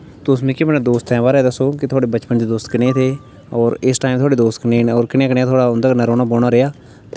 तुस मिगी अपने दोस्तें दे बारे दस्सो कि थुआढ़े बचपन दे दोस्त कनेह् थे होर इस टैम थुआढ़े दोस्त कनेह् न होर कनेहा कनेहा थुआढ़ा उं'दे कन्नै रौह्ना बौह्ना रेहा